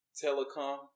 telecom